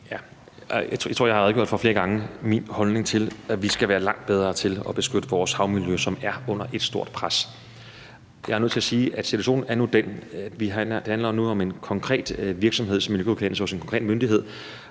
Jeg tror, at jeg har redegjort flere gange for min holdning til, at vi skal være langt bedre til at beskytte vores havmiljø, som er under et stort pres. Jeg er nødt til at sige, at situationen nu er den, at det handler om en konkret virksomhed, som miljøgodkendes hos en konkret myndighed,